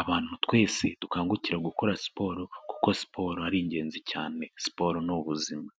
abantu twese dukangukira gukora siporo kuko siporo ari ingenzi cyane, siporo ni ubuzima.